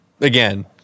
again